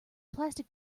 plastic